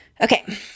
Okay